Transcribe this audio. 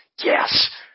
yes